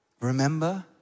Remember